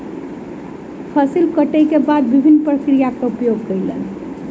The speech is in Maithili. फसिल कटै के बाद विभिन्न प्रक्रियाक उपयोग कयलैन